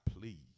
please